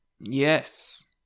Yes